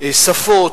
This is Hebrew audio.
שפות,